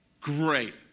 great